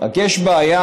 רק יש בעיה.